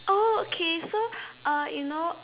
oh okay so uh you know